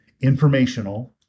Informational